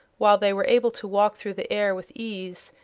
while they were able to walk through the air with ease,